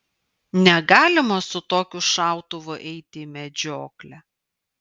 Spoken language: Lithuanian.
negalima su tokiu šautuvu eiti į medžioklę